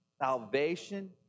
salvation